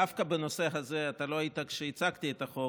דווקא בנושא הזה אתה לא היית כשהצגתי את החוק.